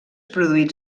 produïts